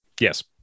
Yes